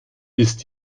ist